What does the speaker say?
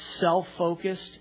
self-focused